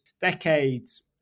decades